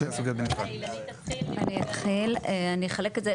אני אחלק את זה,